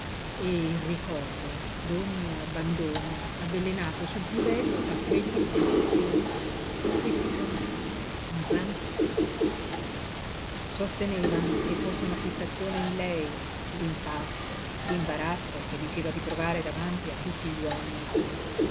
il ricordo d'ogni abbandono avvelenato sul piú bello da quell'irritazione le si cangiava in rancore sosteneva che fosse una fissazione in lei l'impaccio l'imbarazzo che diceva di provare davanti a tutti gli uomini